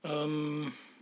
um